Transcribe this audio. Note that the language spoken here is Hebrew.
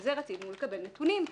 על זה רצינו לקבל נתונים.